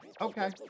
Okay